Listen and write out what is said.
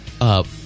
up